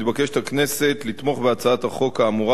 הכנסת מתבקשת לתמוך בהצעת החוק האמורה